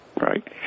Right